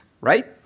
right